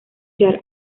jarl